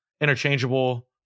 interchangeable